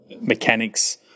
mechanics